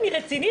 אני רצינית.